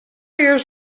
years